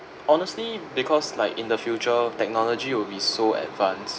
honestly because like in the future technology will be so advance